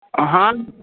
हाँ